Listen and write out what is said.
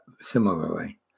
similarly